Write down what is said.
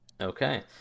Okay